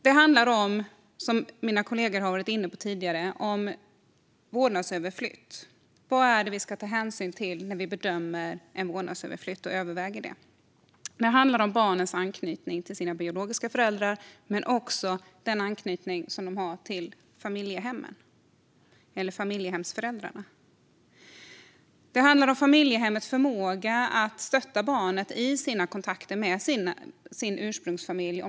Det handlar, som mina kollegor tidigare har varit inne på, om vårdnadsöverflyttning. Vad är det vi ska ta hänsyn till när vi bedömer och överväger en vårdnadsöverflyttning? Det handlar om barnens anknytning till sina biologiska föräldrar men också den anknytning de har till familjehemmen eller familjehemsföräldrarna. Det handlar också om familjehemmets förmåga att stötta barnet i dess kontakter med ursprungsfamiljen.